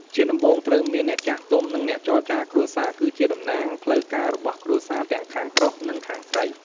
ជាដំបូងត្រូវមាន អ្នកចាស់ទុំ និងអ្នកចរចារគ្រួសារ គឺជាតំណាងផ្លូវការរបស់គ្រួសារ ទាំងខាងប្រុស និងខាងស្រី។